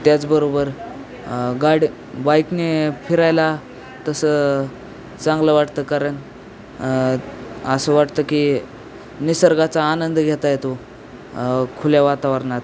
त्याचबरोबर गाड बाईकने फिरायला तसं चांगलं वाटतं कारण असं वाटतं की निसर्गाचा आनंद घेता येतो खुल्या वातावरणात